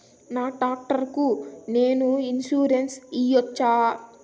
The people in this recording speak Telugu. నా టాక్టర్ కు నేను ఇన్సూరెన్సు సేయొచ్చా?